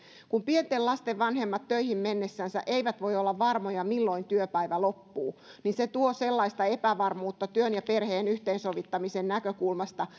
kun pienten lasten vanhemmat töihin mennessänsä eivät voi olla varmoja milloin työpäivä loppuu niin se tuo sellaista epävarmuutta työn ja perheen yhteensovittamisen näkökulmasta